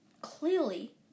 Clearly